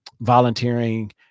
volunteering